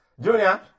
Junior